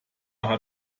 hat